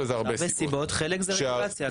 חלק זה רגולציה.